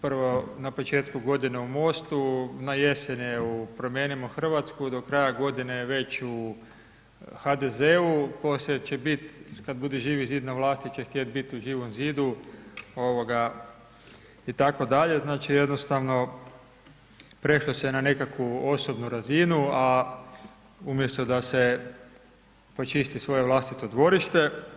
Prvo na početku godine u MOST-u, na jesen je u Promijenimo Hrvatsku, do kraja godine je već u HDZ-u, poslije će bit kad bude Živi zid na vlasti na vlasti će htjet bit u Živom zidu ovoga itd., znači jednostavno prešlo se na nekakvu osobnu razinu, a umjesto da se počisti svoje vlastito dvorište.